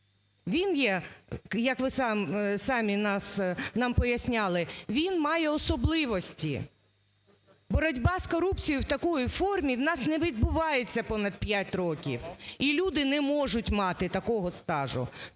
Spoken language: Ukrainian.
Він є, як ви самі нам поясняли, він має особливості. Боротьба з корупцією в такій формі в нас не відбувається понад п'ять років, і люди не можуть мати такого стажу.